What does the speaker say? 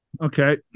Okay